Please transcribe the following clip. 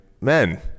men